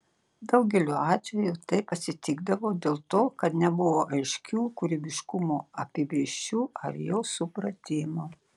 daugeliu atveju taip atsitikdavo dėl to kad nebuvo aiškių kūrybiškumo apibrėžčių ar jo supratimo